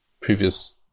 previous